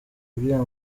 uriya